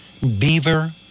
beaver